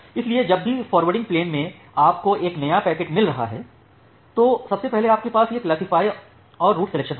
इसलिए जब भी फॉरवर्डिंग प्लेन में आपको एक नया पैकेट मिल रहा है तो सबसे पहले आपके पास यह क्लासिफाय और रूट सिलेक्शन होगा